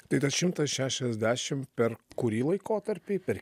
tai tas šimtas šešiasdešimt per kurį laikotarpį per